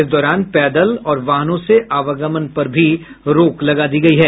इस दौरान पैदल और वाहनों से आवागमन पर भी रोक लगा दी गयी है